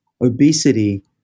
obesity